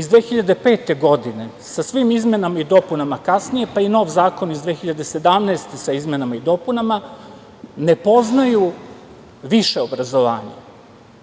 iz 2005. godine sa svim izmenama i dopunama, kasnije pa i nov zakon iz 2017. godine sa izmenama i dopunama, ne poznaju više obrazovanje.